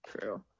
true